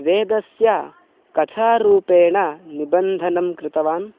वेदस्य कथारूपेण निबन्धनं कृतवान्